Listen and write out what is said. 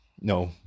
No